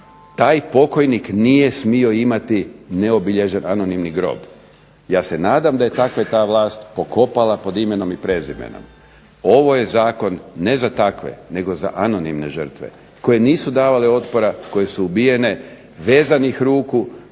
taj pokojnik nije smio imati neobilježen anonimni grob. Ja se nadam da je takve ta vlast pokopala pod imenom i prezimenom. Ovo je zakon ne za takve nego za anonimne žrtve, koje nisu dale otpora, koje su ubijene vezanih ruku,